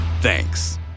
thanks